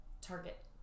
target